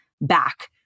back